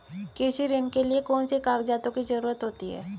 कृषि ऋण के लिऐ कौन से कागजातों की जरूरत होती है?